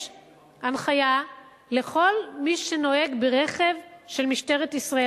יש הנחיה לכל מי שנוהג ברכב של משטרת ישראל,